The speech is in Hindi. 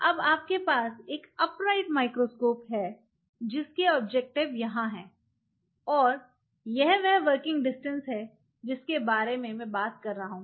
अब आपके पास एक अपराइट माइक्रोस्कोप है जिसके ऑब्जेक्टिव यहाँ हैं और यह वह वर्किंग डिस्टेंस है जिसके बारे में मैं बात कर रहा हूं